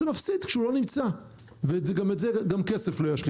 כשהוא לא נמצא אתה מפסיד ואת זה גם כסף לא ישלים